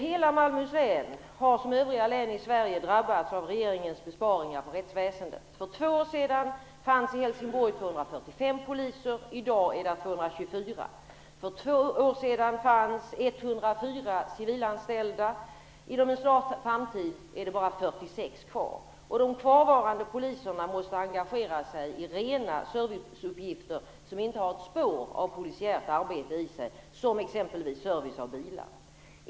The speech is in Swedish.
Hela Malmöhus län har, liksom övriga län i Sverige, drabbats av regeringens besparingar på rättsväsendet. För två år sedan fanns i Helsingborg 245 poliser; i dag är de 124. För två år sedan fanns 104 civilanställda; inom en snar framtid är det bara 46 kvar, och de kvarvarande poliserna måste engagera sig i rena serviceuppgifter som inte har ett spår av polisiärt arbete i sig som exempelvis service av bilar.